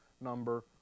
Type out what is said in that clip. number